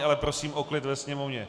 Ale prosím o klid ve sněmovně.